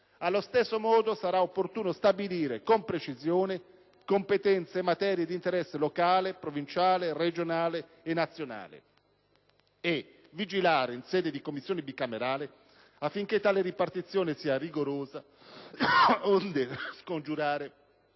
Allo stesso modo, sarà opportuno stabilire con precisione competenze in materia di interesse locale, provinciale, regionale e nazionale e vigilare in sede di Commissione bicamerale affinché tale ripartizione sia rigorosa, onde scongiurare